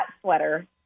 sweater